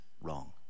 wrong